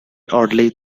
oddly